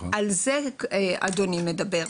על זה אדוני מדבר,